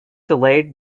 delayed